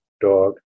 dog